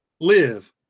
live